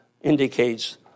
indicates